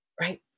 right